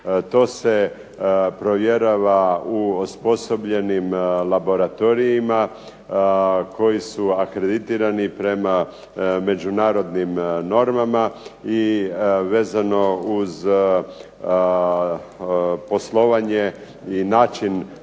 To se provjerava u osposobljenim laboratorijima koji su akreditirani prema međunarodnim normama vezano uz poslovanje i